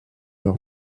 leur